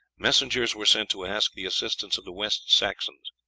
messengers were sent to ask the assistance of the west saxons.